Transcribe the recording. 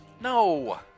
No